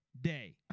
Day